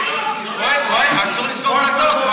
אסור לסגור דלתות.